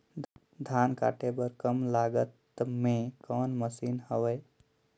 धान काटे बर कम लागत मे कौन मशीन हवय?